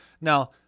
Now